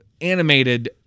animated